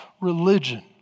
religion